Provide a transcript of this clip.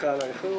סליחה על האיחור.